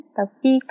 tapi